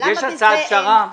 יש הצעת פשרה?